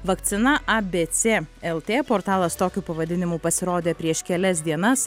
vakcina abc lt portalas tokiu pavadinimu pasirodė prieš kelias dienas